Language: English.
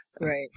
Right